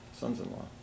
Sons-in-law